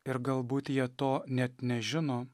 ir galbūt jie to net nežino